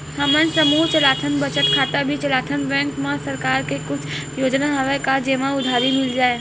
हमन समूह चलाथन बचत खाता भी चलाथन बैंक मा सरकार के कुछ योजना हवय का जेमा उधारी मिल जाय?